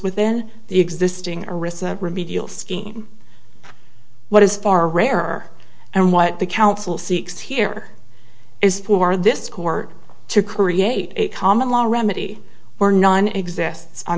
within the existing arista remedial scheme what is far rarer and what the council seeks here is for this court to create a common law remedy where none exist